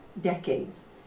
decades